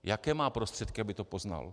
Jaké má prostředky, aby to poznal?